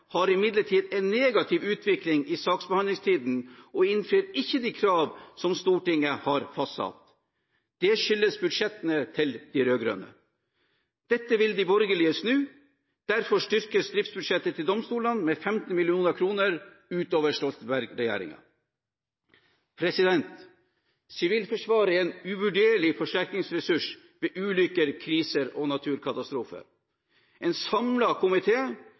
har imidlertid en negativ utvikling i saksbehandlingstid og innfrir ikke de krav som Stortinget har fastsatt. Dette skyldes budsjettene til de rød-grønne. Dette vil de borgerlige snu. Derfor styrkes domstolenes driftsbudsjett med 15 mill. kr utover Stoltenberg-regjeringens budsjettforslag. Sivilforsvaret er en uvurderlig forsterkningsressurs ved ulykker, kriser og naturkatastrofer. En